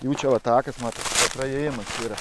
jų čia va takas mat praėjimą ir